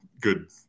good